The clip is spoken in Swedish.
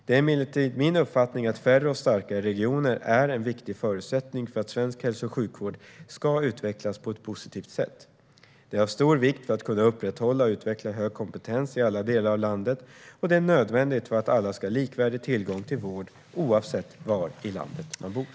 Det är emellertid min uppfattning att färre och starkare regioner är en viktig förutsättning för att svensk hälso och sjukvård ska utvecklas på ett positivt sätt. Det är av stor vikt för att kunna upprätthålla och utveckla hög kompetens i alla delar av landet, och det är nödvändigt för att alla ska ha likvärdig tillgång till vård oavsett var i landet de bor.